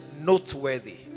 noteworthy